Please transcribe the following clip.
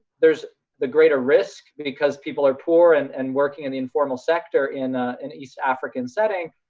there's the greater risk, because people are poor and and working in the informal sector in in east african setting,